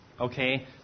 okay